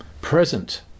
present